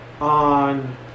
on